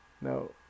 no